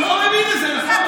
הוא לא מאמין לזה, זה נכון.